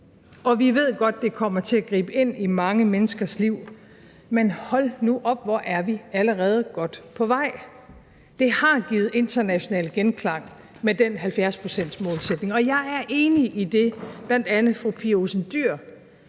og vi ved godt, at det kommer til at gribe ind i mange menneskers liv. Men hold nu op, hvor er vi allerede godt på vej. Det har givet international genklang med den 70-procentsmålsætning. Og jeg er enig i det, som bl.a. fru Pia Olsen Dyhr